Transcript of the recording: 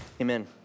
Amen